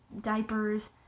diapers